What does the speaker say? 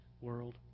world